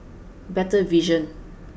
better vision